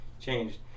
changed